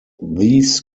these